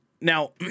Now